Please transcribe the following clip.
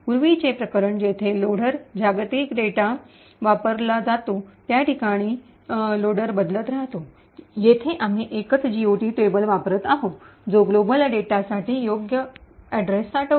पूर्वीचे प्रकरण जेथे लोडर जागतिक डेटा वापरला जातो त्या प्रत्येक ठिकाणी लोडर बदलत राहतो येथे आम्ही एकच जीओटी टेबल वापरत आहोत जो जागतिक डेटासाठी योग्य पत्ता साठवते